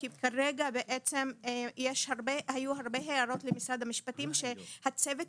כי רגע בעצם היו הרבה הערות למשרד המשפטים שהצוות